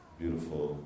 beautiful